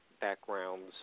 backgrounds